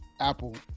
Apple